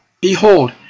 Behold